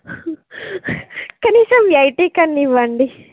కనీసం ఎయిటీ కన్నా ఇవ్వండి